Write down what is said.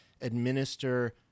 administer